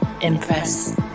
impress